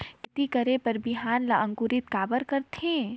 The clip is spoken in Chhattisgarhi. खेती करे बर बिहान ला अंकुरित काबर करथे?